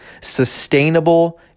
sustainable